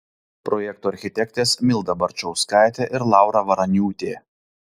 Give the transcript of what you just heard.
projekto architektės milda barčauskaitė ir laura varaniūtė